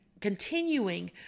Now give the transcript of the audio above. continuing